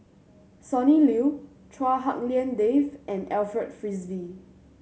Sonny Liew Chua Hak Lien Dave and Alfred Frisby